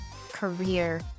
career